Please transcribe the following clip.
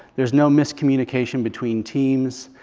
there's no miscommunication between teams.